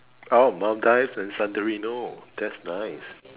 oh Maldives and Santarino that's nice